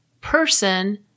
person